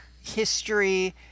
history